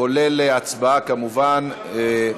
כולל הצבעה, כמובן.